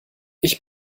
ich